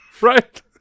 Right